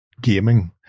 gaming